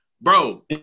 Bro